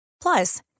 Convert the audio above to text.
Plus